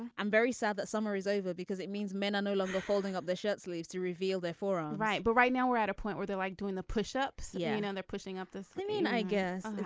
i'm very sad that summer is over because it means men are no longer holding up their shirt sleeves to reveal their forum right. but right now we're at a point where they like doing the push ups yeah and and they're pushing up the women i guess